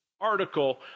article